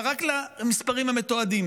רק למספרים המתועדים,